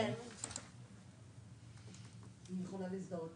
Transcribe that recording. הצטרפתי ממש בדקות האחרונות.